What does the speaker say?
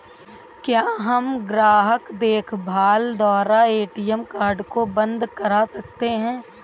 क्या हम ग्राहक देखभाल द्वारा ए.टी.एम कार्ड को बंद करा सकते हैं?